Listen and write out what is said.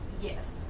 Yes